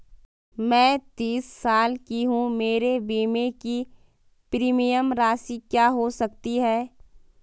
मैं तीस साल की हूँ मेरे बीमे की प्रीमियम राशि क्या हो सकती है?